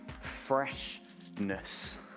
freshness